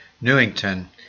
Newington